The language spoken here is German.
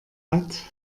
hat